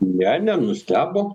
ne nenustebo